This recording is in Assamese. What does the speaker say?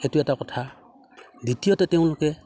সেইটো এটা কথা দ্বিতীয়তে তেওঁলোকে